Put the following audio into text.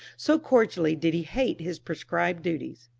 so cordially did he hate his prescribed duties.